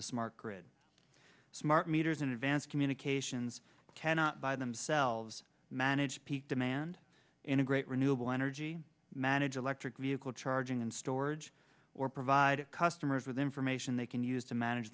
the smart grid smart meters in advance communications cannot by themselves manage peak demand integrate renewable energy manager lectured vehicle charging and storage or provide customers with information they can use to manage